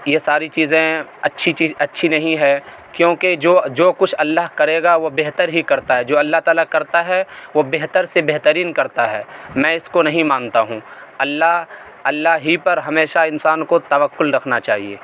یہ ساری چیزیں اچھی چیز اچھی نہیں ہے کیونکہ جو جو کچھ اللہ کرے گا وہ بہتر ہی کرتا ہے جو اللہ تعالیٰ کرتا ہے وہ بہتر سے بہترین کرتا ہے میں اس کو نہیں مانتا ہوں اللہ اللہ ہی پر ہمیشہ انسان کو توکل رکھنا چاہیے